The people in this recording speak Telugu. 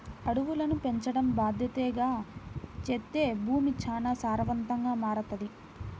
అడవులను పెంచడం బాద్దెతగా చేత్తే భూమి చానా సారవంతంగా మారతది